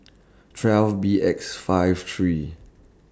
twelve B X five three